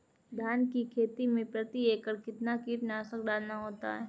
धान की खेती में प्रति एकड़ कितना कीटनाशक डालना होता है?